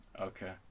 Okay